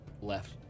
left